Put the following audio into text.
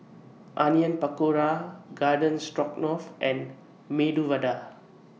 Onion Pakora Garden Stroganoff and Medu Vada